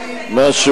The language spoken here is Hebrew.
אדוני היושב-ראש,